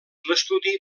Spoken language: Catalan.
l’estudi